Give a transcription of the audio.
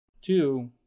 Two